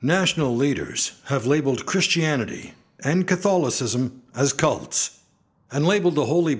national leaders have labeled christianity and catholicism as cults and labeled the holy